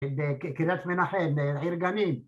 ‫כדאי שמינה חן, נהיר גמיל.